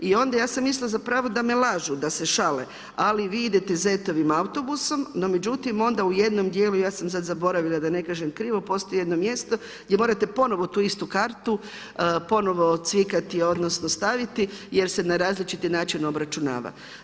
I onda ja sam misli zapravo da me lažu, da se šale, ali vi idete zetovim autobusom, no međutim, u jednom dijelu, ja sam sada zaboravila, da ne kažem krivo, postoji jedno mjesto gdje morate tu istu kartu, ponovno cvikati, odnosno, staviti, jer se na različiti način obračunava.